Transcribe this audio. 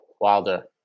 Wilder